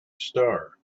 star